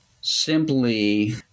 simply